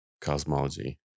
cosmology